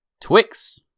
Twix